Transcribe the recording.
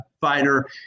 fighter